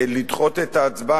לדחות את ההצבעה,